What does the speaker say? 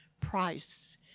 price